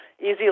Easy